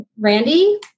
Randy